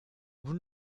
vous